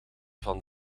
van